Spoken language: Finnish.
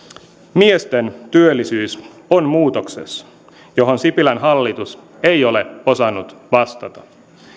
miesten työllisyys on muutoksessa johon sipilän hallitus ei ole osannut vastata